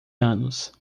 anos